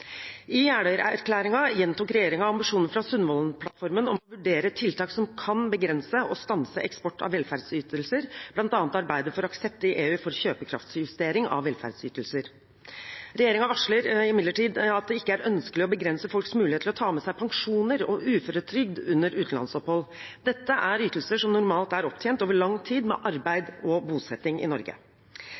I Jeløya-erklæringen gjentok regjeringen ambisjonen fra Sundvolden-plattformen om å vurdere tiltak som kan begrense og stanse eksport av velferdsytelser, bl.a. arbeide for aksept i EU for kjøpekraftsjustering av velferdsytelser. Regjeringen varsler imidlertid at det ikke er ønskelig å begrense folks mulighet til å ta med seg pensjoner og uføretrygd under utenlandsopphold. Dette er ytelser som normalt er opptjent over lang tid med arbeid og bosetting i Norge.